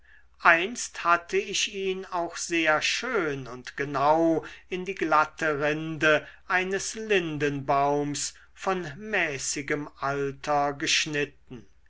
einst hatte ich ihn auch sehr schön und genau in die glatte rinde eines lindenbaums von mäßigem alter geschnitten